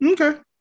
Okay